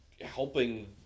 helping